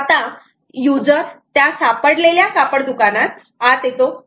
आता यूजर त्या सापडलेल्या कापड दुकानात आत येतो